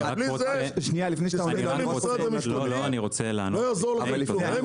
לא יעזור לכם כלום,